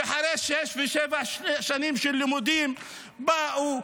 ואחרי שש ושבע שנים של לימודים באו,